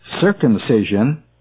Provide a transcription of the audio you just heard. circumcision